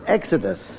Exodus